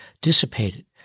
dissipated